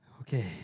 Okay